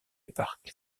parc